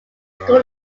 school